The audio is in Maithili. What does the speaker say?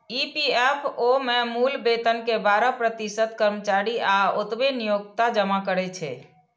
ई.पी.एफ.ओ मे मूल वेतन के बारह प्रतिशत कर्मचारी आ ओतबे नियोक्ता जमा करै छै